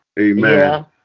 Amen